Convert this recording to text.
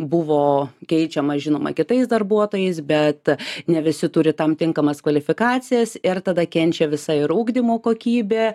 buvo keičiama žinoma kitais darbuotojais bet ne visi turi tam tinkamas kvalifikacijas ir tada kenčia visa ir ugdymo kokybė